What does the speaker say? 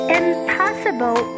impossible